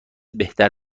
بهتر